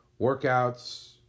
workouts